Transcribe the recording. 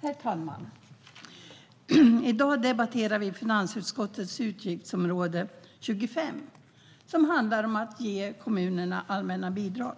Herr talman! I dag debatterar vi finansutskottets utgiftsområde 25, Allmänna bidrag till kommuner.